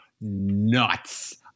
nuts